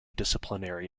disciplinary